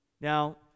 Now